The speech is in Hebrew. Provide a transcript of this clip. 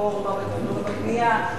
הרפורמה בתכנון ובנייה,